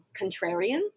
contrarian